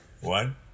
one